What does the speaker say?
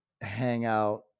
hangout